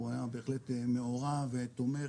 הוא היה מעורב ותומך,